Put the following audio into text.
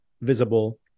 visible